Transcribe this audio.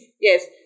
Yes